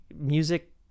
music